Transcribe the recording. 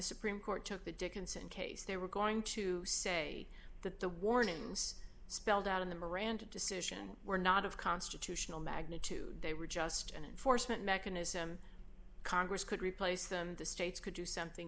supreme court took the dickinson case they were going to say that the warnings spelled out in the miranda decision were not of constitutional magnitude they were just an enforcement mechanism congress could replace them the states could do something